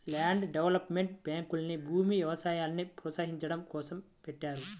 land development బ్యాంకుల్ని భూమి, వ్యవసాయాల్ని ప్రోత్సహించడం కోసం పెట్టారు